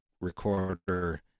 recorder